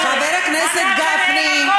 חבר הכנסת גפני.